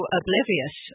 oblivious